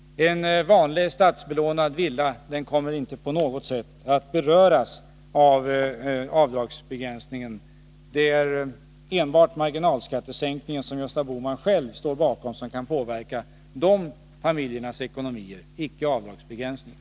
En vanlig statsbelånad villa kommer inte att beröras av avdragsbegränsningen. Det är enbart marginalskattesänkningen, som Gösta Bohman själv står bakom, som kan påverka de familjernas ekonomi, inte avdragsbegränsningen.